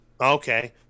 okay